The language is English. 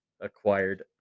acquired